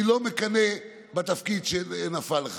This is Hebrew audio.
אני לא מקנא בתפקיד שנפל לך,